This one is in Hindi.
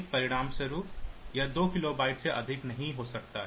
इसलिए परिणामस्वरूप यह 2 किलोबाइट से अधिक नहीं हो सकता है